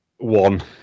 One